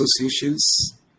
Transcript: associations